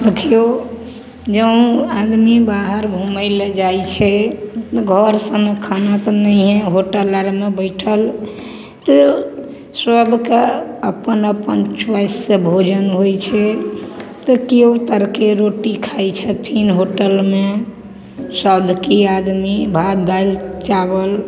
देखियौ केओ आदमी बाहर घुमय लए जाइ छै घर सन खाना तऽ नहिएँ होटल आरमे बैठल तऽ सबके अपन अपन चुआइस से भोजन होइ छै केओ तड़के रोटी खाइ छथिन होटलमे साधुकी आदमी भात दालि चावल